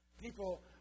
People